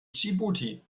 dschibuti